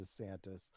DeSantis